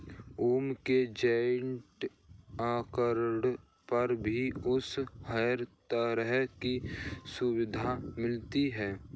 ओम के joint account पर भी उसे हर तरह की सुविधा मिलती है